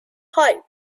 pipe